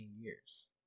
years